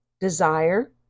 desire